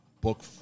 book